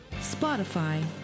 Spotify